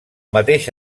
mateix